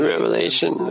Revelation